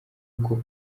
uko